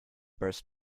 burst